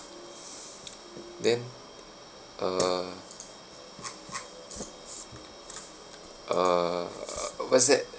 then uh err what's that